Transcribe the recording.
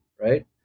right